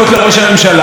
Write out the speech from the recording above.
דודי,